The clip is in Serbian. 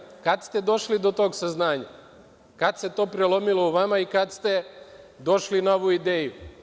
Zanima me – kada ste došli do tog saznanja, kada se to prelomilo u vama i kada ste došli na ovu ideju?